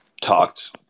talked